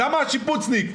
למה השיפוצניק?